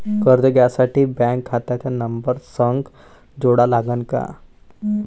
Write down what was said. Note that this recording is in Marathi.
कर्ज घ्यासाठी बँक खात्याचा नंबर संग जोडा लागन का?